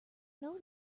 know